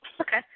Okay